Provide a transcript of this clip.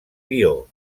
guió